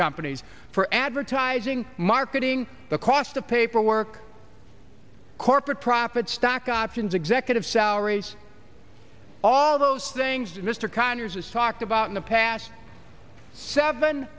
companies for advertising marketing the cost of paperwork corporate profit stock options executive salaries all those things mr conyers talked about in the past seven